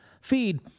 feed